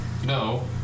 No